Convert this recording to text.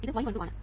ഇത് y12 ആണ്